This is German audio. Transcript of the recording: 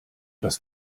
das